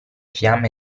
fiamme